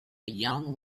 young